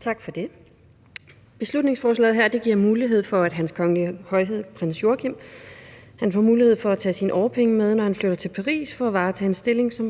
Tak for det. Beslutningsforslaget her giver mulighed for, at Hans Kongelige Højhed Prins Joachim kan tage sine årpenge med, når han flytter til Paris for at varetage en stilling som